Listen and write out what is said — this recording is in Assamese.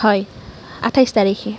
হয় আঠাইছ তাৰিখে